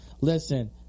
listen